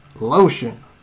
lotion